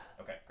Okay